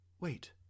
Wait